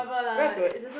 we are good